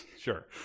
sure